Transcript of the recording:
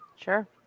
Sure